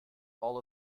all